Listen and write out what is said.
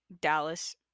Dallas